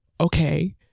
okay